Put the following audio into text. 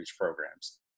programs